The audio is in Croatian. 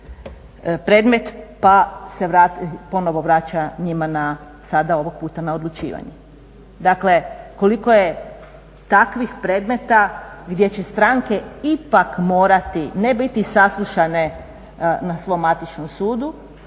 predmet pa se ponovo vraća njima sada ovog puta na odlučivanje. Dakle koliko je takvih predmeta gdje će stranke ipak morati ne biti saslušane na svom matičnom sudu